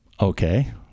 okay